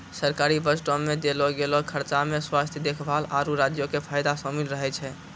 सरकारी बजटो मे देलो गेलो खर्चा मे स्वास्थ्य देखभाल, आरु राज्यो के फायदा शामिल रहै छै